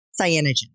Cyanogen